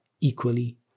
equally